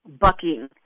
bucking